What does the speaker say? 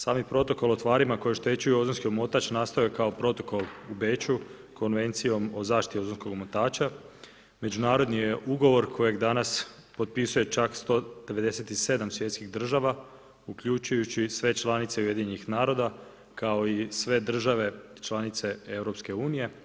Sami Protokol o tvarima koje oštećuju ozonski omotač nastao je kao Protokol u Beču Konvencijom o zaštiti ozonskog omotača, međunarodni je ugovor kojeg danas potpisuje čak 197 svjetskih država, uključujući i sve članice Ujedinjenih naroda kao i sve države članice Europske unije.